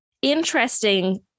interesting